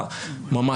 זאת